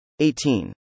18